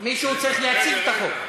צריך להציג את החוק.